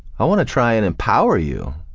i wanna try and empower you.